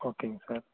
ஓகேங்க சார்